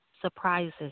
surprises